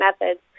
methods